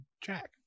Jack